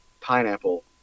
pineapple